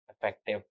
effective